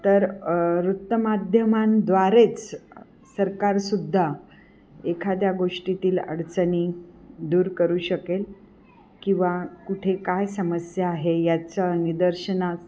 तर वृत्तमाध्यमांद्वारेच सरकारसुद्धा एखाद्या गोष्टीतील अडचणी दूर करू शकेल किंवा कुठे काय समस्या आहे याच निदर्शना